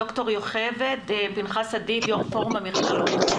ד"ר יוכבד פנחסי אדיב מפורום המכללות הטכנולוגיות.